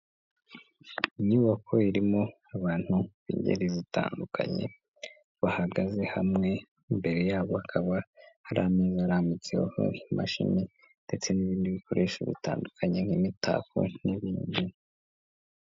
Inyubako irimo abantu b'ingeri zitandukanye bahagaze hamwe, imbere yabo hakaba hari ameza arambitseho imashini ndetse n'ibindi bikoresho bitandukanye nk'imitako n'ibindi.